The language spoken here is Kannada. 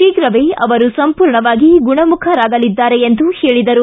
ಶೀಘವೇ ಅವರು ಸಂಪೂರ್ಣವಾಗಿ ಗುಣಮುಖರಾಗಲಿದ್ದಾರೆ ಎಂದು ಹೇಳಿದರು